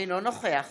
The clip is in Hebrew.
אינו נוכח